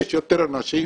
יש יותר אנשים